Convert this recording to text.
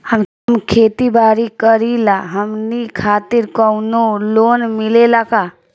हम खेती बारी करिला हमनि खातिर कउनो लोन मिले ला का?